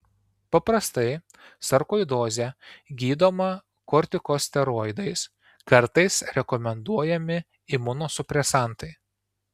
paprastai sarkoidozė gydoma kortikosteroidais kartais rekomenduojami imunosupresantai